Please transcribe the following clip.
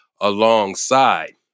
alongside